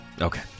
Okay